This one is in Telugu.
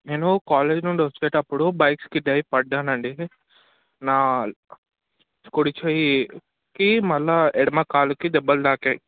నేను కాలేజ్ నుండి వచ్చేటప్పుడు బైక్ స్కిడ్ అయ్యి పడ్డాను అండి నా కుడి చేయికి మళ్ళా ఎడమ కాలుకి దెబ్బలు తాకినాయి